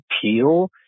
appeal